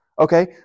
okay